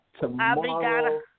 Tomorrow